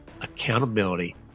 accountability